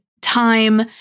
time